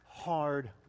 hard